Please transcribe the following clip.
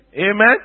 Amen